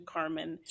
Carmen